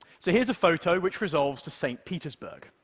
so here's a photo which resolves to st. petersburg.